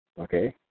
okay